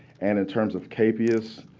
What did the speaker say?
and in terms of capias